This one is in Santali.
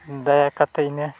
ᱫᱟᱭᱟ ᱠᱟᱛᱮᱫ ᱤᱱᱟᱹ